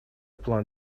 план